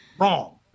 Wrong